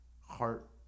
heart